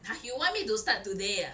!huh! you want me to start today ah